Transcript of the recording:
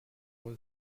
was